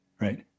right